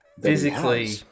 Physically